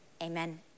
Amen